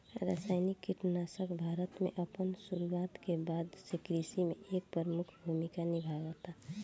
रासायनिक कीटनाशक भारत में अपन शुरुआत के बाद से कृषि में एक प्रमुख भूमिका निभावता